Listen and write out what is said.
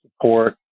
support